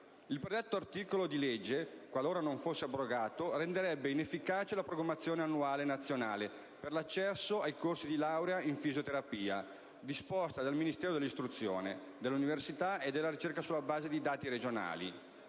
Il predetto articolo di legge, qualora non fosse abrogato, renderebbe inefficace la programmazione annuale nazionale per l'accesso ai corsi di laurea in fisioterapia, disposta dal Ministero dell'istruzione, dell'università e della ricerca sulla base di dati regionali.